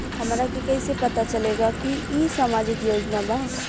हमरा के कइसे पता चलेगा की इ सामाजिक योजना बा?